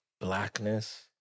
Blackness